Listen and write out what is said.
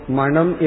manam